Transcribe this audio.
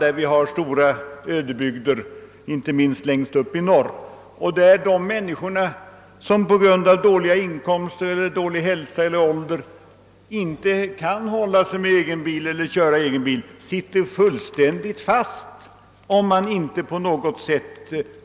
Det finns i Värmland stora ödebygder, inte minst längst uppe i norr, där människor som på grund av dåliga inkomster, dålig hälsa eller ålder inte kan hålla sig med eller köra egen bil sitter fullständigt fast, om det inte på något sätt